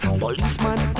policeman